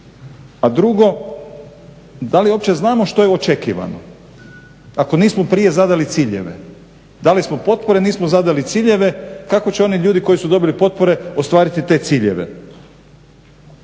A drugo, da li uopće znamo što je očekivano ako nismo prije zadali ciljeve? Dali smo potpore, nismo zadali ciljeve kako će oni ljudi koji su dobili potpore ostvariti te ciljeve?